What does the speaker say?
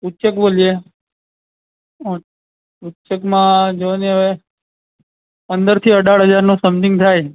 ઊચક બોલીએ ઊચકમાં જોવોને હવે પંદરથી અઢાર હજારનો સમથિંગ થાય